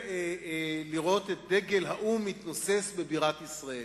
לראות את דגל האו"ם מתנוסס בבירת ישראל.